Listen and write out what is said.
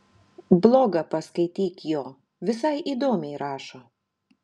blogą paskaityk jo visai įdomiai rašo